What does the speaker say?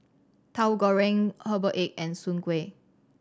Tahu Goreng herbal egg and Soon Kueh